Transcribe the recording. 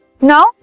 Now